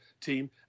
team